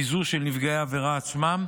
היא שונה מזו של נפגעי העבירה עצמם,